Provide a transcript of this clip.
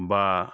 বা